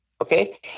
Okay